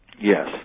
Yes